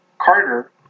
Carter